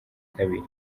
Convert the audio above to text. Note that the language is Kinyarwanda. kabiri